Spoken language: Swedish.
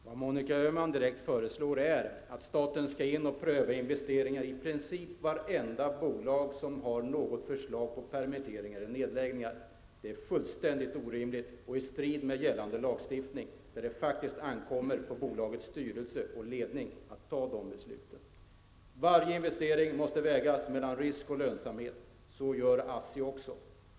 Herr talman! Vad Monica Öhman föreslår är att staten skall gå in och pröva investeringar i princip i vart enda bolag som har något förslag till permitteringar eller nedläggning. Det är fullständigt orimligt och i strid med gällande lagstiftning. Det ankommer på bolagets styrelse och ledning att fatta de besluten. Vid varje investering måste en avvägning ske mellan risk och lönsamhet. Så gör ASSI.